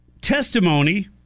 testimony